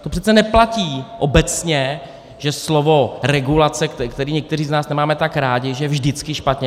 To přece neplatí obecně, že slovo regulace, které někteří z nás nemáme tak rádi, je vždycky špatně.